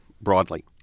broadly